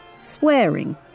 swearing